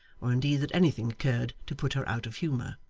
or indeed that anything occurred to put her out of humour.